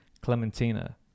Clementina